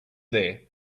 there